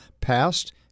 passed